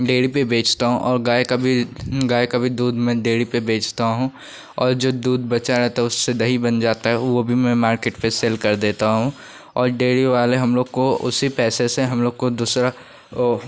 dairy पर बेचता हूँ और गाय का भी गाय का भी दूध मैं डेरी पर बेचता हूँ और जो दूध बचा है तो उससे दही बन जाता है तो वह भी मैं मार्केट में सेल कर देता हूँ और डेरी वाले हम लोग को उसी पैसे से हम लोग को दूसरा वो